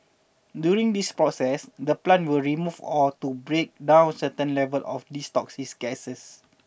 during this process the plants will remove or to break down certain levels of these toxic gases